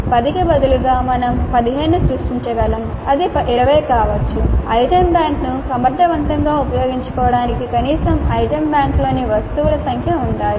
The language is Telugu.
10 కి బదులుగా మేము 15 ను సృష్టించగలము అది 20 కావచ్చు ఐటెమ్ బ్యాంక్ను సమర్థవంతంగా ఉపయోగించుకోవటానికి కనీసం ఐటెమ్ బ్యాంక్లోని వస్తువుల సంఖ్య ఉండాలి